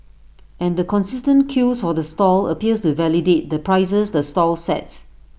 and the consistent queues for the stall appears to validate the prices the stall sets